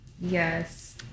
Yes